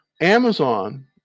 Amazon